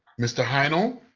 mr. heinl?